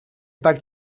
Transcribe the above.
так